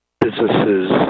businesses